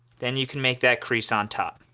then you can make that crease on top